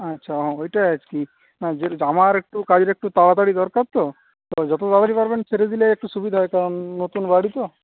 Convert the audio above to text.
আচ্ছা ওইটা আর কি আমার একটু কাজটা একটু তাড়াতাড়ি দরকার তো তো যত তাড়াতাড়ি পারবেন সেরে দিলে একটু সুবিধা হয় কারণ নতুন বাড়ি তো